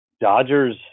Dodgers